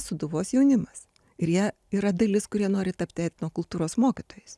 sūduvos jaunimas ir jie yra dalis kurie nori tapti etnokultūros mokytojais